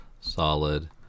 Solid